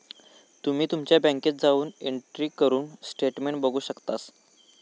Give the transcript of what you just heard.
तुम्ही तुमच्या बँकेत जाऊन एंट्री करून स्टेटमेंट बघू शकतास